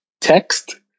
text